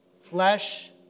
Flesh